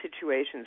situations